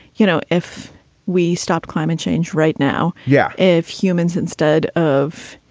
you know, if we stopped climate change right now. yeah. if humans, instead of,